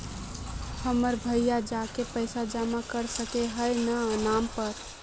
हमर भैया जाके पैसा जमा कर सके है न हमर नाम पर?